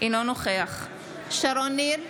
אינו נוכח שרון ניר,